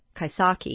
kaisaki